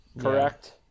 Correct